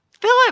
Philip